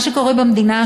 מה שקורה במדינה,